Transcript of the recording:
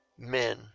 men